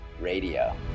Radio